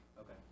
Okay